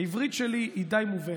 העברית שלי היא די מובנת,